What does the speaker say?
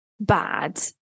bad